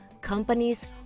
companies